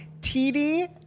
TD